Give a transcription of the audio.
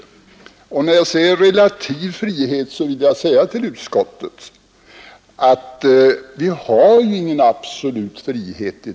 När jag säger relativ frihet vill jag framhålla för utskottet att vi i dag inte har någon absolut frihet.